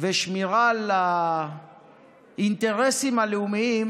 ושמירה על האינטרסים הלאומיים,